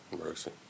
mercy